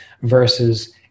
versus